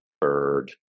bird